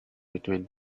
between